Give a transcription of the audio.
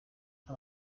nka